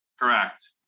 Correct